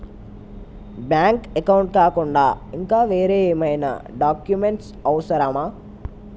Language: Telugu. బ్యాంక్ అకౌంట్ కాకుండా ఇంకా వేరే ఏమైనా డాక్యుమెంట్స్ అవసరమా?